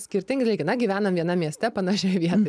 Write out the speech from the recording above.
skirtingi dalykai na gyvenam vienam mieste panašioj vietoj